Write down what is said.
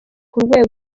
umukino